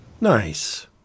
Nice